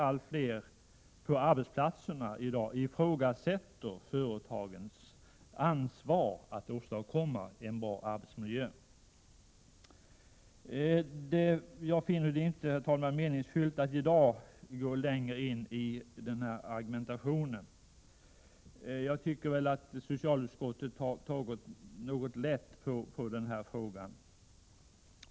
Allt fler på arbetsplatserna ifrågasätter i dag företagens ansvar att åstadkomma en bra arbetsmiljö. Herr talman! Jag finner det inte meningsfyllt att i dag gå längre i min argumentation. Jag tycker att socialutskottet har tagit något för lätt på denna fråga.